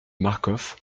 marcof